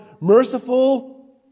merciful